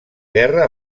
guerra